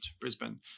Brisbane